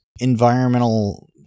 environmental